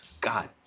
God